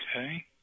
Okay